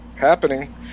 happening